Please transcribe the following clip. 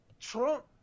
Trump